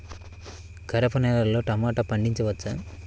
గరపనేలలో టమాటా పండించవచ్చా?